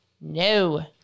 No